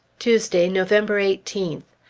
tuesday, november eighteenth.